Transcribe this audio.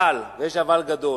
אבל יש אבל גדול